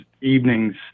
evenings